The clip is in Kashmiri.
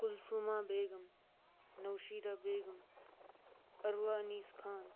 کُلثومہ بیگم نوشیٖدہ بیگم عروا انیٖس خان